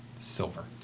silver